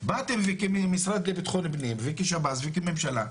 באתם וכמשרד לביטחון פנים וכשב"ס וכממשלה.